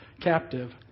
captive